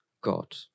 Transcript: God